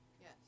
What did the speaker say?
yes